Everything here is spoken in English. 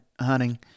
hunting